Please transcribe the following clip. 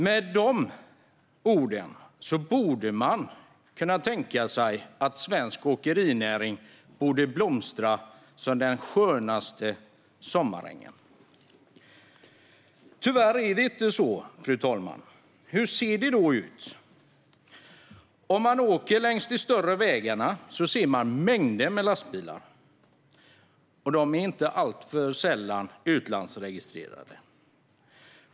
Med andra ord borde svensk åkerinäring blomstra som den skönaste sommaräng, men tyvärr är det inte så. Hur ser det då ut? När man åker längs de större vägarna ser man mängder med lastbilar, och de är inte alltför sällan utlandsregistrerade.